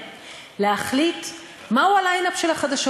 אז אתה דואג לי וזה